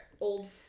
Old